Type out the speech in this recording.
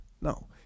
No